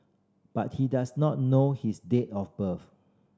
but he does not know his date of birth